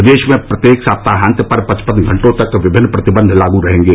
प्रदेश में प्रत्येक सप्ताहान्त पर पचपन घंटों तक विभिन्न प्रतिबन्ध लागू रहेंगे